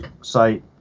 site